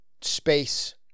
space